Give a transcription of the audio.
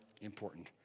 important